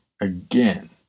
again